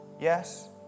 Yes